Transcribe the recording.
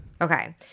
Okay